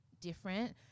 different